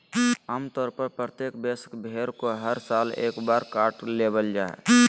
आम तौर पर प्रत्येक वयस्क भेड़ को हर साल एक बार काट लेबल जा हइ